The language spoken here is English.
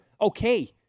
okay